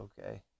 okay